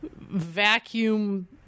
vacuum